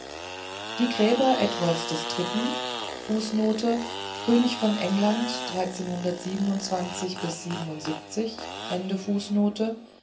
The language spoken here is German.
die gräber eduards des dritten fußnote könig von england